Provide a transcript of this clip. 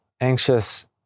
anxious